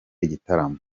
igitaramo